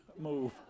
move